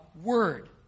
word